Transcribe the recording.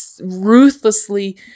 ruthlessly